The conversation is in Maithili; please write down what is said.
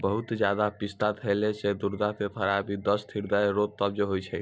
बहुते ज्यादा पिस्ता खैला से गुर्दा के खराबी, दस्त, हृदय रोग, कब्ज होय छै